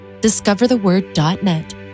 discovertheword.net